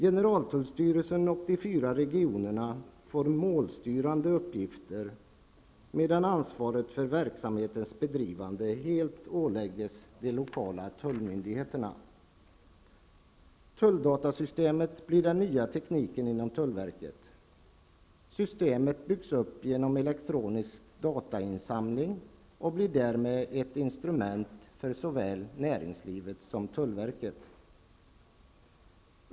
Generaltullstyrelsen och de fyra regionerna får målstyrande uppgifter, medan ansvaret för verksamhetens bedrivande helt åläggs de lokala tullmyndigheterna. Den nya tekniken inom tullverket blir tulldatasystemet. Systemet byggs upp genom elektronisk datainsamling och blir därmed ett instrument för såväl näringslivet som tullverket.